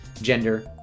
gender